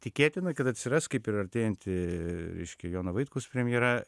tikėtina kad atsiras kaip ir artėjanti reiškia jono vaitkaus premjera